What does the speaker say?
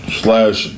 slash